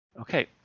Okay